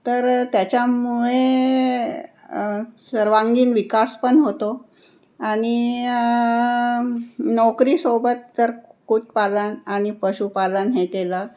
तर त्याच्यामुळे सर्वांगीण विकास पण होतो आणि नोकरीसोबत जर कुक्कुटपालन आणि पशुपालन हे केलं